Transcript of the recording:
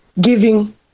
giving